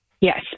Yes